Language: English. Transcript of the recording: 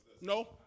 No